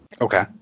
Okay